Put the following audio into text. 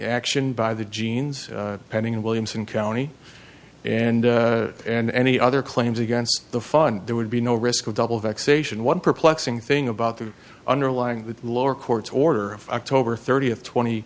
action by the genes pending in williamson county and and any other claims against the fun there would be no risk of double vexation one perplexing thing about the underlying the lower court's order of october thirtieth twenty